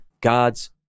God's